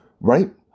Right